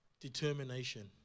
determination